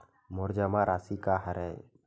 मोर जमा राशि का हरय?